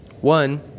One